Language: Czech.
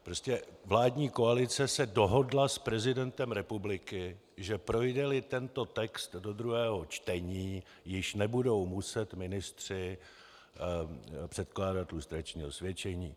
Prostě vládní koalice se dohodla s prezidentem republiky, že projdeli tento text do druhého čtení, již nebudou muset ministři předkládat lustrační osvědčení.